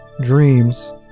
Dreams